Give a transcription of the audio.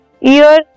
ear